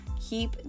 Keep